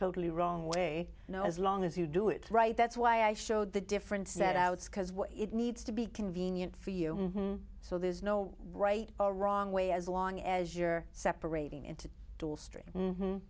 totally wrong way you know as long as you do it right that's why i showed the different set outs because it needs to be convenient for you so there's no right or wrong way as long as you're separating i